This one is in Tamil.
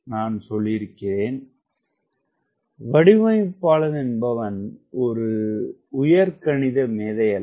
நான் சொல்லியிருக்கிறேன் வடிவமைப்பாளன் என்பவன் ஒரு உயர்கணித மேதையல்ல